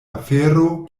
afero